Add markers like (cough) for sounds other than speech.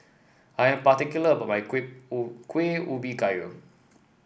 I am particular about my (unintelligible) Kuih Ubi Kayu